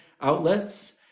outlets